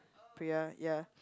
ya ya